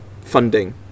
funding